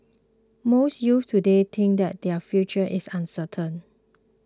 most youths today think that their future is uncertain